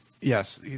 Yes